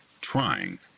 trying